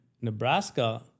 Nebraska